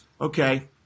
Okay